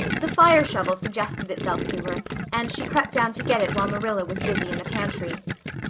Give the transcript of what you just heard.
the fire shovel suggested itself to her and she crept down to get it while marilla was busy in the pantry.